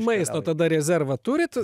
maisto tada rezervą turit